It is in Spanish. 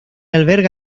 alberga